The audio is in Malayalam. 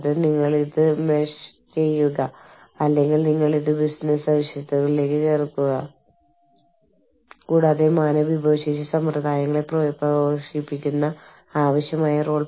എച്ച്ആർ ഇൻഫർമേഷൻ സിസ്റ്റങ്ങളിലും അല്ലെങ്കിൽ മറ്റൊരു രാജ്യത്തുള്ള ബാക്കപ്പ് സിസ്റ്റങ്ങളിലുമുള്ള വ്യക്തിഗത വിവരങ്ങൾ പരിരക്ഷിക്കുന്ന ഡാറ്റാ സ്വകാര്യതാ നിയമങ്ങൾ